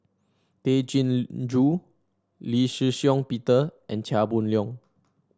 Tay Chin Joo Lee Shih Shiong Peter and Chia Boon Leong